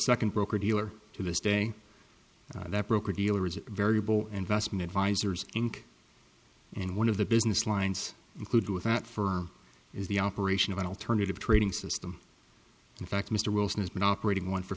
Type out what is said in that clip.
second broker dealer to this day that broker dealer is a variable investment advisors inc and one of the business lines include with that for is the operation of an alternative trading system in fact mr wilson has been operating one for